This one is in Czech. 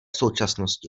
současnosti